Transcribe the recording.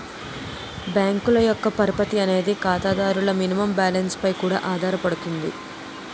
బ్యాంకుల యొక్క పరపతి అనేది ఖాతాదారుల మినిమం బ్యాలెన్స్ పై కూడా ఆధారపడుతుంది